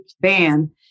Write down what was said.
ban